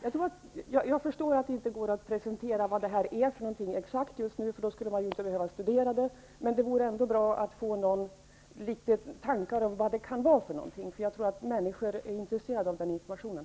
Jag förstår att det nu inte går att presentera exakt vad det rör sig om, i så fall skulle man ju inte behöva studera det. Det vore ändå bra att få höra litet tankar om vad det kan vara för något. Jag tror att människor är intresserade av den informationen.